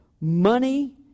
money